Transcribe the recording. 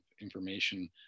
information